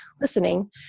listening